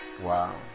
Wow